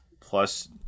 plus